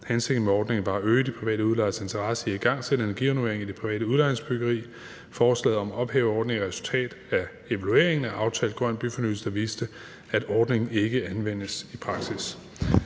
Hensigten med ordningen var at øge de private udlejeres interesse i at igangsætte energirenovering i det private udlejningsbyggeri. Forslaget om at ophæve ordningen er et resultat af evalueringen af aftalt grøn byfornyelse, der viste, at ordningen ikke anvendes i praksis.